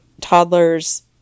toddlers